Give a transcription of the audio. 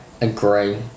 agree